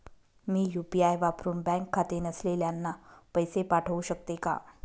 मी UPI वापरुन bank खाते नसलेल्यांना पैसे पाठवू शकते का?